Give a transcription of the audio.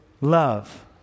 love